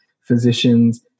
physicians